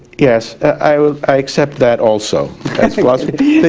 yes, i i accept that also as philosophy.